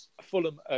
Fulham